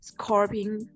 Scorpion